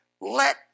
Let